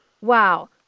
Wow